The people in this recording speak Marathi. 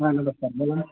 हां नमस्कार बोला